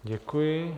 Děkuji.